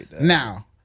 now